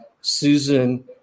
Susan –